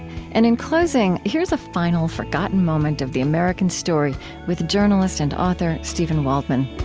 and in closing, here's a final forgotten moment of the american story with journalist and author steven waldman